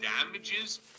damages